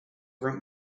rent